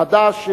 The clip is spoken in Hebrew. חד"ש,